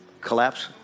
collapse